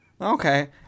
Okay